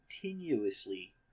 continuously